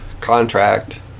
contract